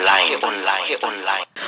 Online